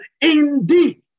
indeed